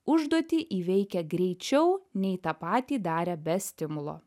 užduotį įveikia greičiau nei tą patį darę be stimulo